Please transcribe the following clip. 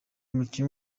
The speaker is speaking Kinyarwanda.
umukinnyi